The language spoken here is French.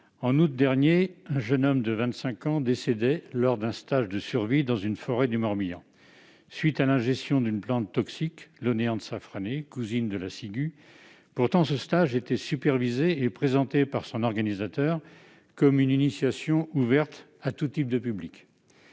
en août dernier, un jeune homme de 25 ans décédait lors d'un stage de survie, dans une forêt du Morbihan, après avoir ingéré une plante toxique, l'oenanthe safranée, cousine de la ciguë. Pourtant, ce stage était supervisé et présenté par son organisateur comme une initiation ouverte à tous les types de publics.